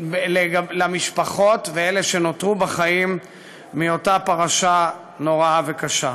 עם המשפחות ואלה שנותרו בחיים מאותה פרשה נוראה וקשה.